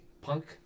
Punk